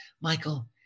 Michael